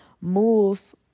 move